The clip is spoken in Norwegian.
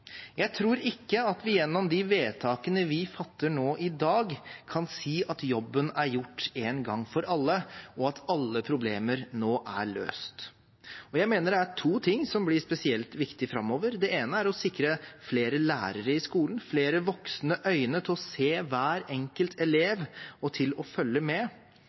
Jeg tror ikke at vi gjennom de vedtakene vi fatter i dag, kan si at jobben er gjort en gang for alle, og at alle problemer nå er løst. Jeg mener det er to ting som blir spesielt viktig framover. Det ene er å sikre flere lærere i skolen – flere voksne øyne til å se hver enkelt elev og til å følge med.